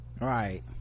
right